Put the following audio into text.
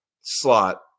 slot